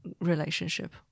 relationship